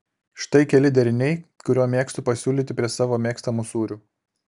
štai keli deriniai kuriuo mėgstu pasiūlyti prie savo mėgstamų sūrių